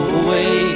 away